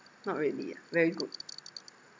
not really ah very good